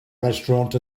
restaurant